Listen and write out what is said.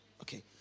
okay